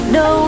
no